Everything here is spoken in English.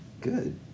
Good